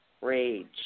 rage